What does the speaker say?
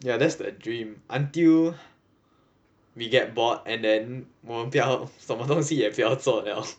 ya that's the dream until we get bored and then 我们不要什么东西也不要做了